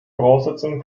voraussetzungen